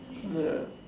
ya